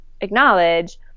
acknowledge